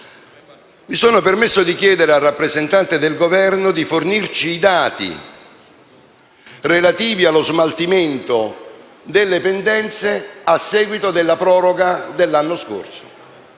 mi sono permesso di chiedere al rappresentante del Governo di fornirci i dati relativi allo smaltimento delle pendenze a seguito della proroga dell'anno scorso.